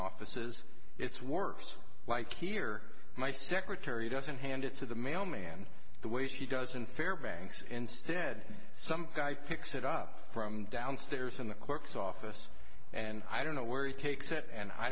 offices it's worse why kia my secretary doesn't hand it to the mailman the way she goes in fairbanks instead some guy picks it up from downstairs in the clerk's office and i don't know where he takes it and i